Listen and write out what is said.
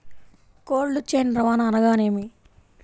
Cold chain రవాణా అనగా నేమి?